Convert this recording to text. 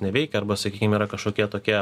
neveikia arba sakykim yra kažkokie tokie